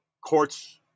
courts